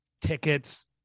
tickets